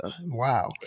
wow